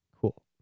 Cool